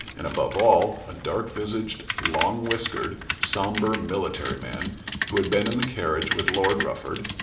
and, above all, a dark-visaged, long-whiskered, sombre, military man who had been in the carriage with lord rufford,